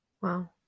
Wow